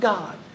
God